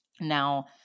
Now